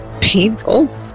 painful